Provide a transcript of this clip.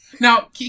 Now